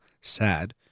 sad